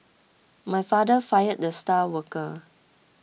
my father fired the star worker